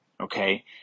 Okay